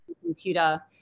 computer